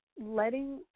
letting